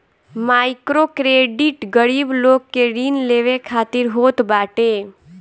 microcredit गरीब लोग के ऋण लेवे खातिर होत बाटे